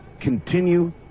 continue